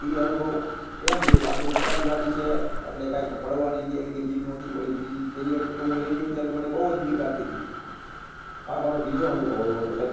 એ અનુભવ એમ થયો કે આપણી પોતાની ગાડી છે એટલે કંઇ પણ પડવાની કે એવી કંઇ બીક નહોતી ઓલી બીજી પહેલી વખતે તો હું લઈ ગયો ત્યારે તો મને બહું જ બીક લાગતી હતી આ મારો બીજો અનુભવ એવો હતો સાહેબ